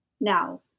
Now